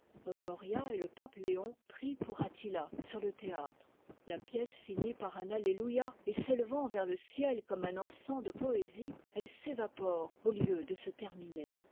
s'accomplisse honoria et le pape léon prient pour attila sur le théâtre la pièce finit par un ame a et s'élevant vers le ciel comme un encens de poésie elle s'évapore au lieu de se terminer